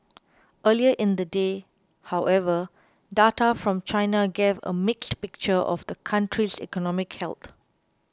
earlier in the day however data from China gave a mixed picture of the country's economic health